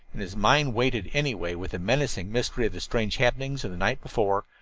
and his mind weighted anyway with the menacing mystery of the strange happenings of the night before,